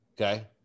Okay